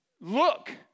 look